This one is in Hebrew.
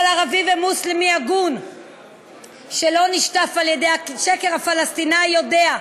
כל ערבי ומוסלמי הגון שלא נשטף על ידי השקר הפלסטיני יודע: